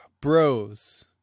Bros